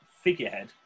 figurehead